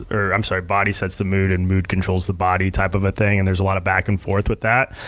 or i'm sorry, body sets the mood and mood controls the body type of a thing and there's a lot of back and forth with that.